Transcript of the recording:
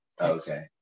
Okay